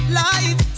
life